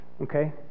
okay